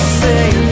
say